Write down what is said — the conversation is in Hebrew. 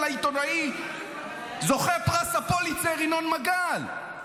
העיתונאי זוכה פרס הפוליצר ינון מגל.